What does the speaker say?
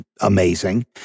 amazing